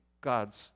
God's